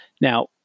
Now